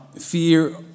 fear